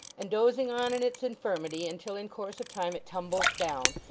and dozing on in its infirmity until in course of time it tumbles down,